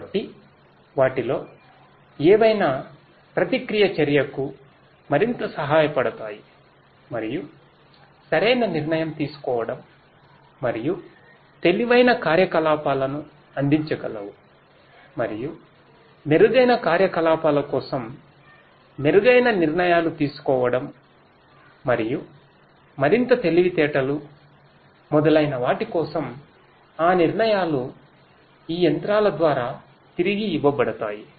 కాబట్టి వాటిలో ఏవైనా ప్రతిక్రియ చర్యకు మరింత సహాయపడతాయి మరియు సరైన నిర్ణయం తీసుకోవడం మరియు తెలివైన కార్యకలాపాలను అందించగలవు మరియు మెరుగైన కార్యకలాపాల కోసం మెరుగైన నిర్ణయాలు తీసుకోవడం మరియు మరింత తెలివితేటలు మొదలైన వాటి కోసం ఆ నిర్ణయాలు ఈ యంత్రాల ద్వారా తిరిగి ఇవ్వబడతాయి